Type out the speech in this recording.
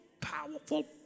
Powerful